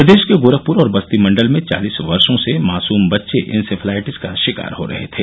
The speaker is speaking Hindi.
प्रदेश के गोरखपुर और बस्ती मण्डल में चालिस वर्षो से मासुन बच्चे इंसेफेलाइटिस का शिकार हो रहे थे